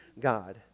God